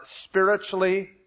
spiritually